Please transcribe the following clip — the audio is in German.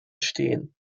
stehen